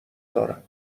دارم